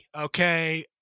Okay